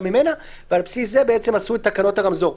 ממנה ועל בסיס זה בעצם עשו את תקנות הרמזור.